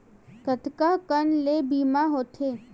कतका कन ले बीमा होथे?